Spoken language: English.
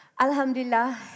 Alhamdulillah